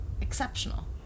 exceptional